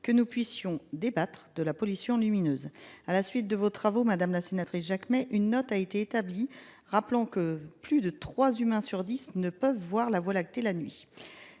que nous puissions débattre de la pollution lumineuse. À la suite de vos travaux, madame la sénatrice Jacquemet, une note a été. Rappelons que plus de 3 humain sur 10 ne peuvent voir la voie lactée la nuit.